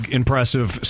impressive